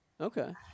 Okay